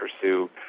pursue